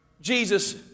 Jesus